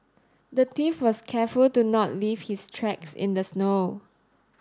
the thief was careful to not leave his tracks in the snow